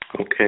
Okay